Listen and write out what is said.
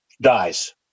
dies